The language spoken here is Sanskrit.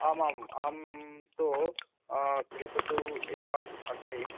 आमाम् अहं तु तिरुपतौ एव अस्मि